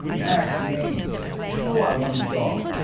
max mainz. sure i want a job.